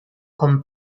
con